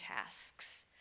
tasks